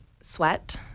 sweat